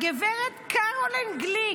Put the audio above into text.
הגב' קרוליין גליק,